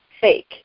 fake